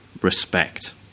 respect